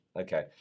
okay